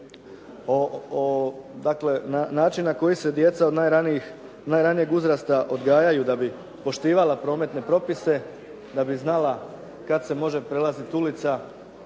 način na koji se djeca od najranijeg uzrasta odgajaju da bi poštivala prometne propise, da bi znala kad se može prelaziti ulica,